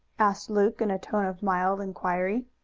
asked luke in a tone of mild inquiry.